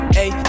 Hey